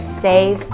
save